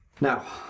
Now